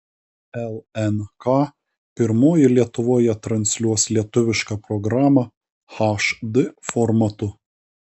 lnk pirmoji lietuvoje transliuos lietuvišką programą hd formatu